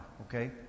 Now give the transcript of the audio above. okay